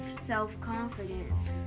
self-confidence